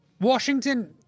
Washington